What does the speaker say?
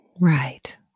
Right